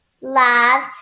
love